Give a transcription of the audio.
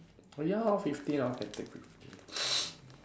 oh ya hor fifteen hor can take